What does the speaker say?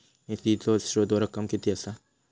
निधीचो स्त्रोत व रक्कम कीती असा?